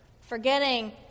forgetting